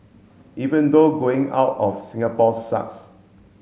even though going out of Singapore sucks